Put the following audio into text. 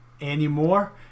anymore